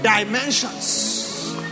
dimensions